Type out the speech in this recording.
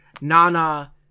Nana